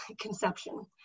conception